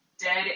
dead